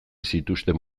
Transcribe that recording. zituzten